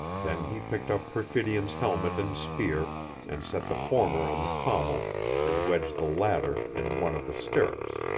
then he picked up perfidion's helmet and spear and set the former on the pommel and wedged the latter in one of the stirrups.